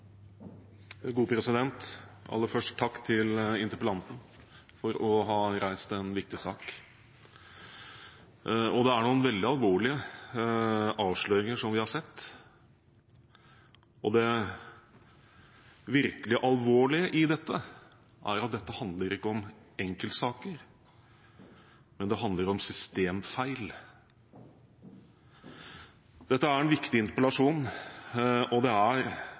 Aller først: Takk til interpellanten for å ha reist en viktig sak. Det er noen veldig alvorlige avsløringer vi har sett, og det virkelig alvorlige er at dette ikke handler om enkeltsaker, men om systemfeil. Dette er en viktig interpellasjon, og det er